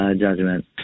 judgment